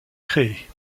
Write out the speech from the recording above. crée